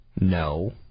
No